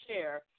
share